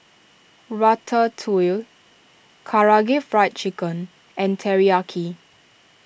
Ratatouille Karaage Fried Chicken and Teriyaki